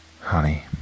Honey